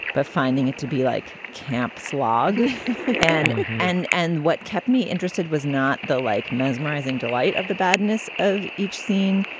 but finding it to be like camp slog and and and what kept. me interested was not the like mesmerizing delight of the badness of each scene,